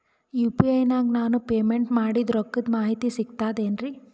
UPI ನಾಗ ನಾನು payment ಮಾಡಿದ ರೊಕ್ಕದ ಮಾಹಿತಿ ಸಿಕ್ತಾತೇನ್ರೀ?